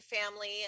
family